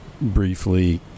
briefly